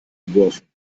geworfen